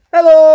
Hello